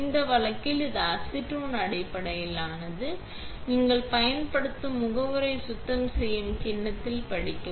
இந்த வழக்கில் இது அசிட்டோன் அடிப்படையிலானது எனவே நீங்கள் பயன்படுத்தும் முகவரை சுத்தம் செய்யும் கிண்ணத்தில் படிக்கவும்